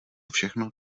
všechno